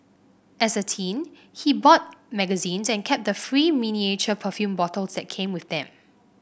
as a teen he bought magazines and kept the free miniature perfume bottles that came with them